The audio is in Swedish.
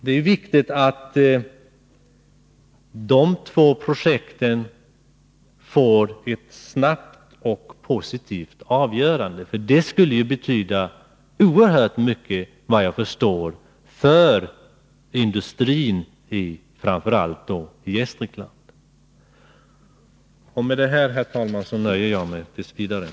Det är viktigt att man för dessa två projekt får ett snabbt och positivt avgörande, för det skulle efter vad jag förstår betyda oerhört mycket för industrin i framför allt Gästrikland. Herr talman! Jag nöjer mig t. v. med detta.